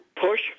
push